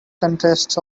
contests